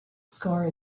score